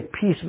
peace